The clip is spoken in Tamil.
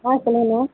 ஆ சொல்லுங்கம்மா